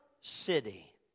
city